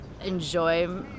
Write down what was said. enjoy